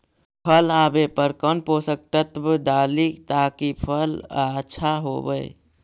फल आबे पर कौन पोषक तत्ब डाली ताकि फल आछा होबे?